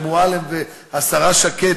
מועלם והשרה שקד,